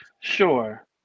Sure